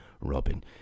Robin